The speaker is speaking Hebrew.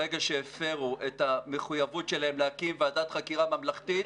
ברגע שהפרו את המחויבות שלהם להקים ועדת חקירה ממלכתית,